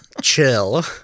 chill